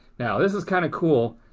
now this is kind of cool.